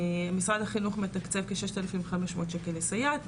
משרד החינוך מתקצב כששת אלפים חמש מאות שקל לסייעת,